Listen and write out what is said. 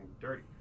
dirty